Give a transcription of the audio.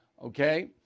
Okay